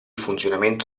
funzionamento